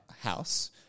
house